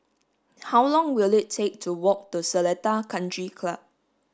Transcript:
how long will it take to walk to Seletar Country Club